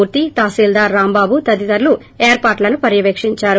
మూర్తి తహశీల్దార్ రాంబాబు తదితరులు ఏర్పాట్లు పర్యవేకిందారు